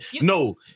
no